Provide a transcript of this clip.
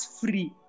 free